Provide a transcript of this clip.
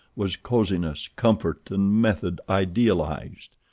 was cosiness, comfort, and method idealised.